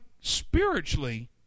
spiritually